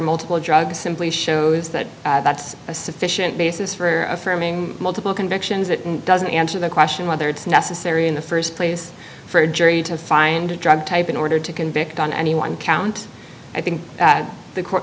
multiple drugs simply shows that that's a sufficient basis for affirming multiple convictions it doesn't answer the question whether it's necessary in the st place for a jury to find a drug type in order to convict on any one count i think at the co